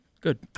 Good